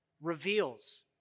reveals